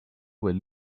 were